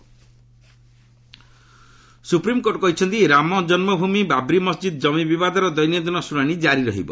SC Ayodhya supreme court କହିଛନ୍ତି ରାମଜନ୍କଭ୍ମି ବାବ୍ରି ମସ୍ଜିଦ୍ ଜମି ବିବାଦର ଦୈନନ୍ଦିନ ଶୁଣାଣି ଜାରି ରହିବ